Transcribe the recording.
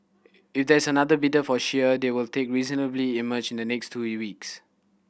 if there's another bidder for shire they will take reasonably emerge in the next two we weeks